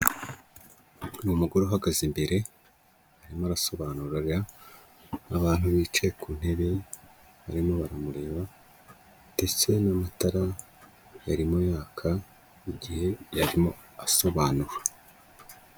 Ni umugore uhagaze imbere arimo arasobanurira abantu bicaye ku ntebe barimo baramureba, ndetse n'amatara yarimo yaka mu gihe yarimo asobanura.